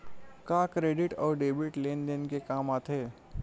का क्रेडिट अउ डेबिट लेन देन के काम आथे?